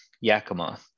Yakima